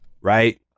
Right